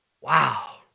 Wow